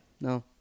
no